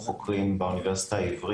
ויש כמוני שפורשים גם באמצע הדרך,